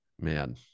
Man